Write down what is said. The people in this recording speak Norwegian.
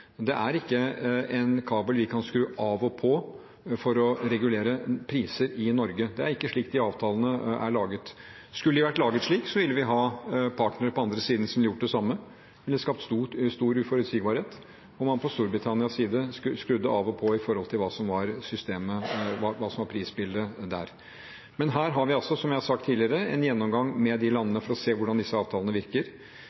Det er ikke en kabel vi kan skru av og på for å regulere priser i Norge. Det er ikke slik de avtalene er laget. Hadde de vært laget slik, ville vi hatt partnere på den andre siden som ville gjort det samme. Det ville skapt stor uforutsigbarhet om man fra Storbritannias side skrudde av og på ut ifra hva som var prisbildet der. Men vi har en gjennomgang med de landene for å se hvordan disse avtalene virker. Vi har fra regjeringens side sagt